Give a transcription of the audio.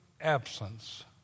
absence